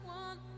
one